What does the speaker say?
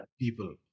people